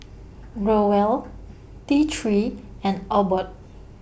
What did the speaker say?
Growell T three and Abbott